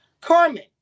Carmen